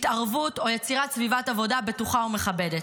בהתערבות או ביצירת סביבת עבודה בטוחה ומכבדת.